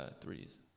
threes